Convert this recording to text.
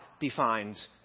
defines